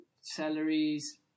Salaries